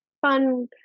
fun